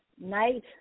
Night